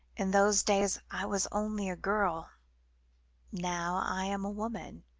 in those days i was only a girl now i am a woman,